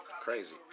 crazy